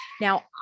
Now